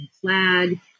flag